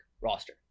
roster